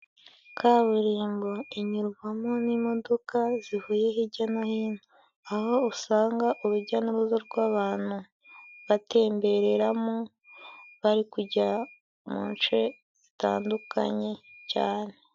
Kaburimbo inyurwamo n'imodoka zivuye hijya no hino, aho usanga urujya n'uruza rw'abantu batembereramo bari kujya mu nce zitandukanye cyane.